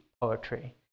poetry